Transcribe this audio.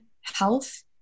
health